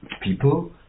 people